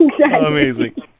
Amazing